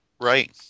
Right